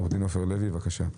עורך דין עופר לוי, בבקשה.